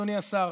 אדוני השר,